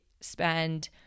spend